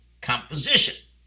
composition